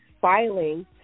filing